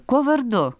kuo vardu